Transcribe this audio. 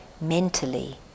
mentally